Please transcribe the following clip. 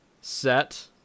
Set